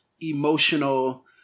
emotional